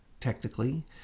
technically